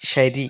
ശരി